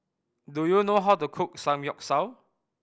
do you know how to cook Samgyeopsal